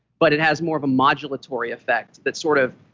but it has more of a modulatory effect that sort of.